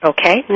Okay